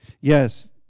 Yes